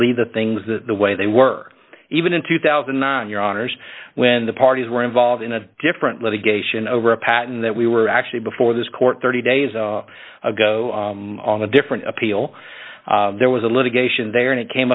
leave the things that the way they were even in two thousand and nine your honour's when the parties were involved in a different litigation over a patent that we were actually before this court thirty days ago on a different appeal there was a litigation there and it came